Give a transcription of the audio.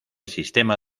sistema